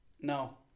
No